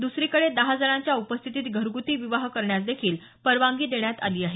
दुसरीकडे दहा जणांच्या उपस्थितीत घरगूती विवाह करण्यासदेखील परवानगी देण्यात आली आहे